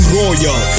royal